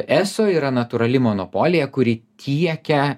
eso yra natūrali monopolija kuri tiekia